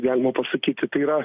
galima pasakyti tai yra